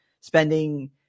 spending